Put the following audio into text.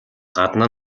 гадна